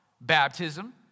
baptism